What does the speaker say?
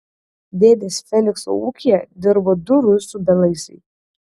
dėdės felikso ūkyje dirbo du rusų belaisviai